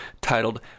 titled